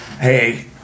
Hey